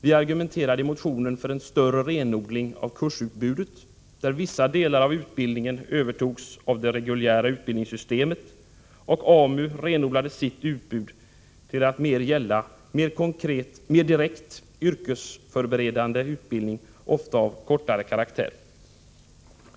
Vi argumenterade i motionen för en större renodling av kursutbudet, där vissa delar av utbildningen övertogs av det reguljära utbildningssystemet och AMU renodlade sitt utbud till att gälla mer direkt yrkesförberedande utbildning, ofta av kortare karaktär.